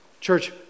Church